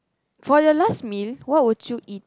for your last meal what would you eat